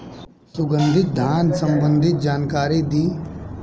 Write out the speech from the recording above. सुगंधित धान संबंधित जानकारी दी?